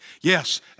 Yes